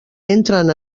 entren